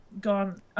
gone